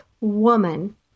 woman